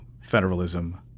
federalism